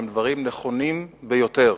שהם דברים נכונים ביותר.